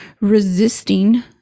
resisting